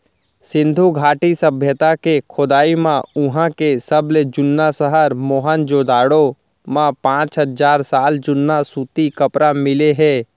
सिंधु घाटी सभ्यता के खोदई म उहां के सबले जुन्ना सहर मोहनजोदड़ो म पांच हजार साल जुन्ना सूती कपरा मिले हे